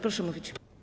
Proszę mówić.